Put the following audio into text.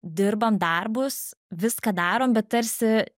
dirbam darbus viską darom bet tarsi